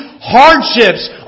Hardships